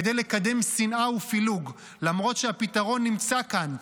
כדי לקדם שנאה ופילוג למרות שהפתרון נמצא כאן,